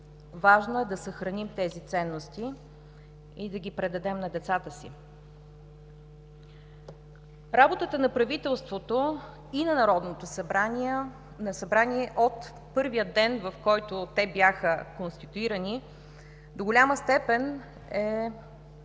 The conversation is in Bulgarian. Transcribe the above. Важно е да съхраним тези ценности и да ги предадем на децата си. Работата на правителството и на Народното събрание от първия ден, в който те бяха конституирани, до голяма степен е